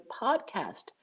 podcast